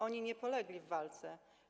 Oni nie polegli w walce.